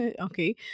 okay